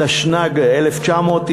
התשנ"ג 1993,